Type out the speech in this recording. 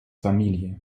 familie